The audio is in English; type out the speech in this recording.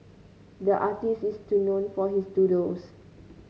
the artist is known for his doodles